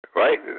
right